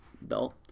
belt